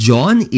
John